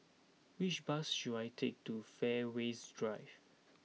which bus should I take to Fairways Drive